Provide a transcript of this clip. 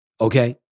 Okay